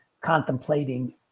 contemplating